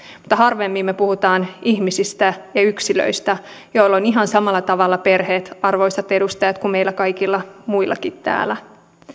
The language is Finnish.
mutta harvemmin me puhumme ihmisistä ja yksilöistä joilla on ihan samalla tavalla perheet arvoisat edustajat kuin meillä kaikilla muillakin täällä